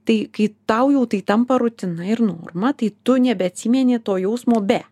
tai kai tau jau tai tampa rutina ir norma tai tu nebeatsimeni to jausmo be